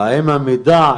איך אמרתם?